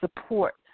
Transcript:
support